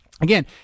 Again